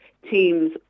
Teams